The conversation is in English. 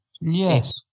Yes